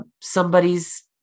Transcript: somebody's